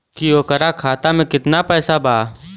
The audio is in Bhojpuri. की ओकरा खाता मे कितना पैसा बा?